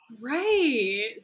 Right